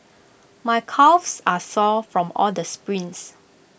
my calves are sore from all the sprints